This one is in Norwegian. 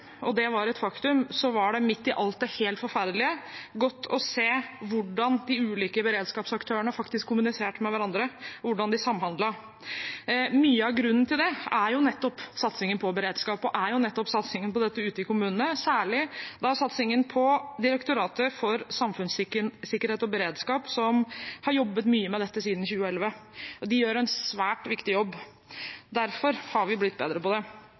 og det var et faktum, var det midt i alt det helt forferdelige godt å se hvordan de ulike beredskapsaktørene faktisk kommuniserte med hverandre og hvordan de samhandlet. Mye av grunnen til det er nettopp satsingen på beredskap, satsingen på dette ute i kommunene, særlig satsingen på Direktoratet for samfunnssikkerhet og beredskap, som har jobbet mye med dette siden 2011. De gjør en svært viktig jobb, og derfor har vi blitt bedre på det.